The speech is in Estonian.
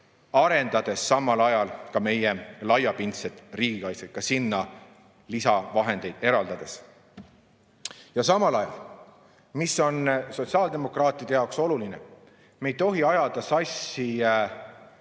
arendades samal ajal meie laiapindset riigikaitset ka sinna lisavahendeid eraldades. Ja samal ajal, mis on sotsiaaldemokraatide jaoks oluline? Me ei tohi ajada sassi